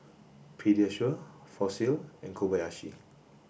Pediasure Fossil and Kobayashi